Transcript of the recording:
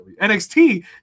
NXT